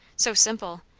so simple,